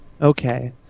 okay